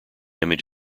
image